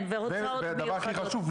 והדבר הכי חשוב,